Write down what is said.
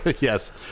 Yes